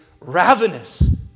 ravenous